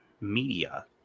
media